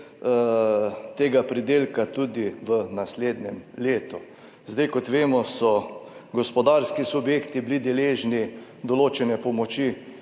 tega pridelka tudi v naslednjem letu. Kot vemo, so gospodarski subjekti bili deležni določene pomoči,